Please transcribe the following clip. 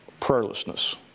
Prayerlessness